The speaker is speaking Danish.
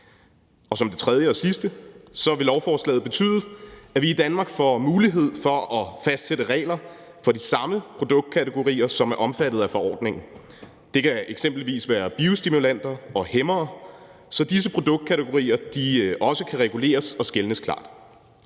Som det tredje og sidste vil lovforslaget betyde, at vi i Danmark får mulighed for at fastsætte regler for de samme produktkategorier, som er omfattet af forordningen. Det kan eksempelvis være biostimulanter og hæmmere, så disse produktkategorier også kan reguleres og skelnes klart.